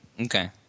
Okay